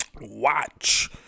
watch